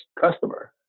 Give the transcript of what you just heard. customer